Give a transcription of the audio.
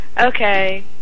Okay